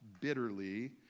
bitterly